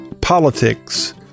politics